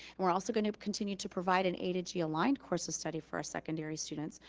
and we're also gonna continue to provide an a to g aligned course of study for our secondary students,